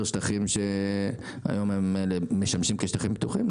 שטחים שהיום הם משמשים כשטחים פתוחים,